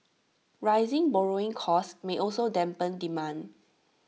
rising borrowing costs may also dampen demand